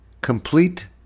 complete